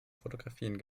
fotografien